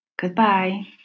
Goodbye